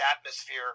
atmosphere